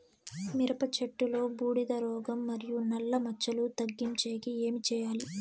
మిరప చెట్టులో బూడిద రోగం మరియు నల్ల మచ్చలు తగ్గించేకి ఏమి చేయాలి?